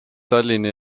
tallinna